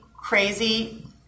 crazy